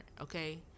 okay